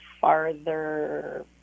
farther